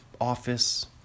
office